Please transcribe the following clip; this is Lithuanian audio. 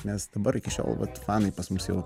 nes dabar iki šiol vat fanai pas mus jau